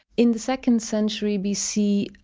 in the second century bc,